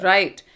Right